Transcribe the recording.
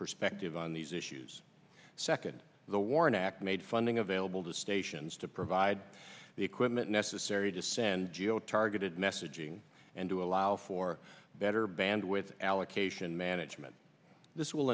perspective on these issues second the war in iraq made funding available to stations to provide the equipment necessary to send geo targeted messaging and to allow for better bandwidth allocation management this will